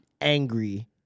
angry